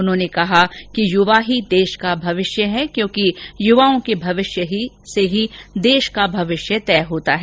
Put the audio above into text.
उन्होंने कहा कि युवा ही देश का भविष्य हैं क्योंकि युवाओं के भविष्य से ही देश का भविष्य तय होता है